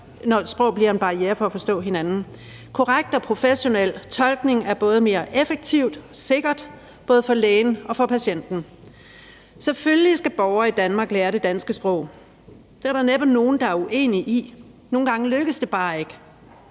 når sprog bliver en barriere for at forstå hinanden. Korrekt og professionel tolkning er både mere effektivt og mere sikkert både for lægen og for patienten. Selvfølgelig skal borgere i Danmark lære det danske sprog. Det er der næppe nogen, der er uenig – nogle gange lykkes det bare ikke.